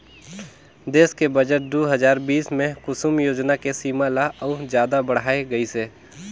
देस के बजट दू हजार बीस मे कुसुम योजना के सीमा ल अउ जादा बढाए गइसे